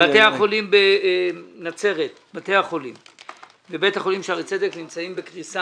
בתי החולים בנצרת ובית החולים שערי צדק נמצאים בקריסה